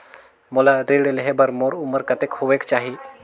मोला ऋण लेहे बार मोर उमर कतेक होवेक चाही?